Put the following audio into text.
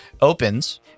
opens